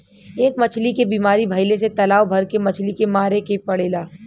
एक मछली के बीमारी भइले से तालाब भर के मछली के मारे के पड़ेला